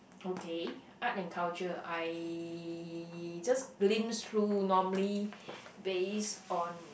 okay art and culture I just glimpse through normally based on